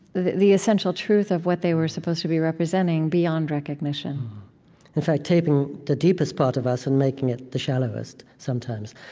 the the essential truth of what they were supposed to be representing beyond recognition in fact, taking the deepest part of us and making it the shallowest sometimes.